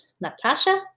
Natasha